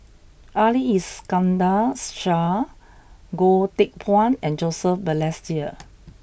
Ali Iskandar Shah Goh Teck Phuan and Joseph Balestier